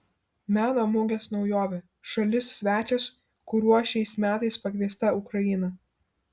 meno mugės naujovė šalis svečias kuriuo šiais metais pakviesta ukraina